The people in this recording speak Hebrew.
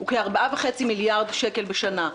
הן כ-4.5 מיליארד שקל בשנה.